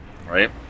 right